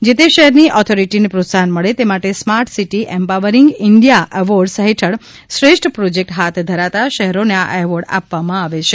જે તે શહેરની ઓથોરીટીને પ્રોત્સાહન મળે તે માટે smart city empowering India awards હેઠળ શ્રેષ્ઠ પ્રોજેકટ હાથ ધરતા શહેરોને આ એવોર્ડ આપવામાં આવેછે